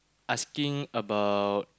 asking about